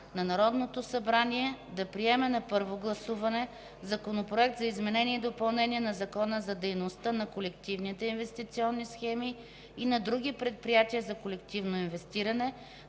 на Народното събрание да приеме на първо гласуване Законопроект за изменение и допълнение на Закона за дейността на колективните инвестиционни схеми и на други предприятия за колективно инвестиране,